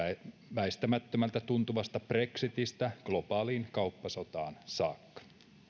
väistämättömältä tuntuvasta brexitistä globaaliin kauppasotaan saakka